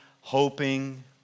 hoping